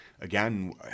again